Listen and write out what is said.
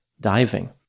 diving